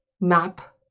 map